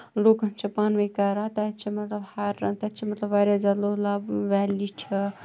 لُکن چھِ پانہٕ ؤنۍ کران تتہِ چھِ مطلب ہر رَنگ تَتہِ چھِ مطلب واریاہ زیادٕ لولاب ویلی چھےٚ